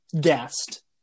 guest